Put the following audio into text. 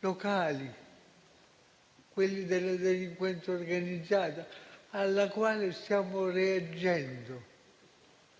locali, quelle della delinquenza organizzata, alle quali stiamo reagendo.